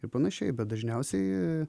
ir panašiai bet dažniausiai